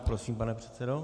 Prosím, pane předsedo.